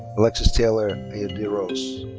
alexis taylor iaderose.